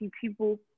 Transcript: people